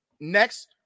Next